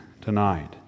tonight